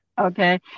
Okay